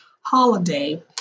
holiday